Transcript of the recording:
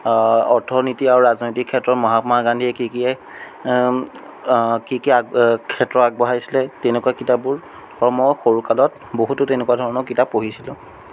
অৰ্থনীতি আৰু ৰাজনৈতিক ক্ষেত্ৰত মহাত্মা গান্ধীয়ে কি কিয়ে কি কি ক্ষেত্ৰ আগবঢ়াইছিলে তেনেকুৱা কিতাপবোৰ মই সৰু কালত বহুতো তেনেকুৱা ধৰণৰ কিতাপ পঢ়িছিলোঁ